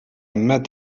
met